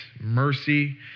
mercy